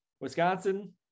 Wisconsin